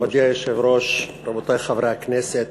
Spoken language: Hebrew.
מכובדי היושב-ראש, רבותי חברי הכנסת,